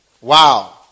Wow